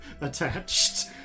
attached